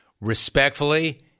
respectfully